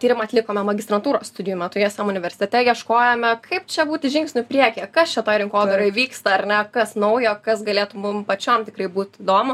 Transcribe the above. tyrimą atlikome magistrantūros studijų metu ism universitete ieškojome kaip čia būti žingsniu priekyje kas čia toj rinkodaroj vyksta ar ne kas naujo kas galėtų mum pačiom tikrai būt įdomu